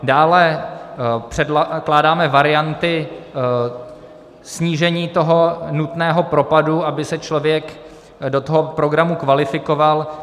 Dále předkládáme varianty snížení tohoto nutného propadu, aby se člověk do toho programu kvalifikoval.